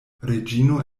reĝino